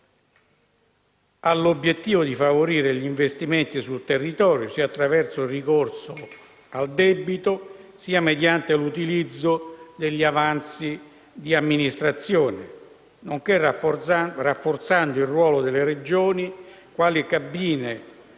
all'obiettivo di favorire gli investimenti sul territorio sia attraverso il ricorso al debito sia mediante l'utilizzo degli avanzi di amministrazione, rafforzando il ruolo delle Regioni quali cabine